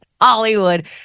Hollywood